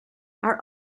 are